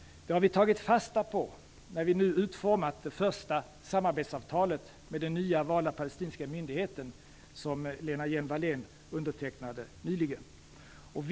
Det har vi tagit fasta på när vi nu utformat det första samarbetsavtalet med den nya valda palestinska myndigheten som Lena Hjelm-Wallén nyligen undertecknade.